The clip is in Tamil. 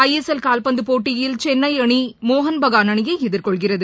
ஐ எஸ் கால்பந்து போட்டியில் சென்ளை அனி மோகன் பகான் அணியை எதிர்கொள்கிறது